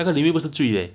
那个 limit 不是醉 leh